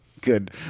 good